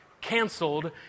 canceled